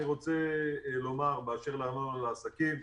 אני רוצה לומר באשר לארנונה לעסקים,